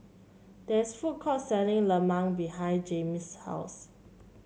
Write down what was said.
there is food court selling lemang behind Jaime's house